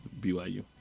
BYU